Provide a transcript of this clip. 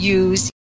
use